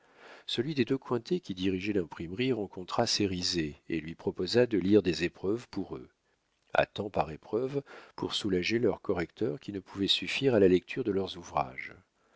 celui des deux cointet qui dirigeait l'imprimerie rencontra cérizet et lui proposa de lire des épreuves pour eux à tant par épreuve pour soulager leur correcteur qui ne pouvait suffire à la lecture de leurs ouvrages